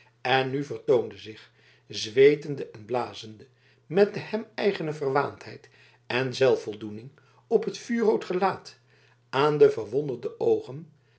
en nu vertoonde zich zweetende en blazende met de hem eigene verwaandheid en zelfvoldoening op het vuurrood gelaat aan de verwonderde oogen